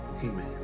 Amen